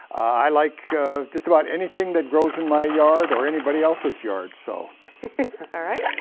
i like just about anything that grows in my yard or anybody else's yard. so all right.